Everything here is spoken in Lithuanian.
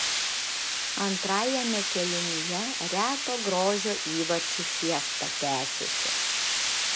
antrajame kėlinyje reto grožio įvarčių fiesta tęsėsi